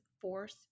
force